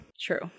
True